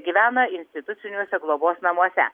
gyvena instituciniuose globos namuose